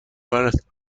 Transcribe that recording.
دارد